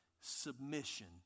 submission